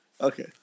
okay